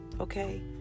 Okay